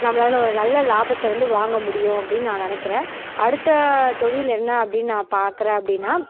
நம்பளால் ஒரு நல்ல லாபத்தை வந்து வாங்க முடியும் அப்படின் நான் நினைக்கிறேன் அடுத்த தொழில் என்ன அப்படின் நான் பார்க்கறேன் அப்படின்னா